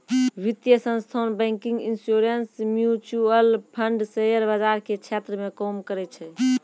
वित्तीय संस्थान banking insurance mutual fund share बाजार के क्षेत्र मे काम करै छै